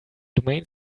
domain